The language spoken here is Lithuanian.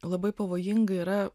labai pavojinga yra